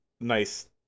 nice